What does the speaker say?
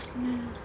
ya